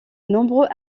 nombreux